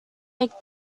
make